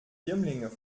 firmlinge